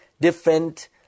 different